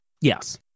yes